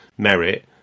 Merit